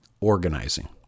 Organizing